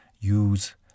use